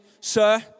Sir